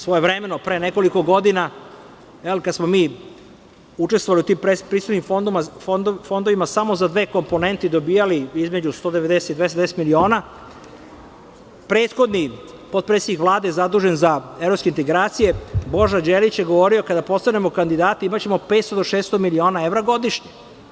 Svojevremeno, pre nekoliko godina, kada smo mi učestvovali u tim pretpristupnim fondovima, samo za dve komponente dobijali između 190 i 290 miliona, prethodni potpredsednik Vlade je zadužen za evropske integracije, Božo Đelić, govorio je – kada postanemo kandidati, imaćemo 500 do 600 miliona evra godišnje.